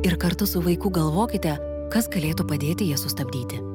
ir kartu su vaiku galvokite kas galėtų padėti jas sustabdyti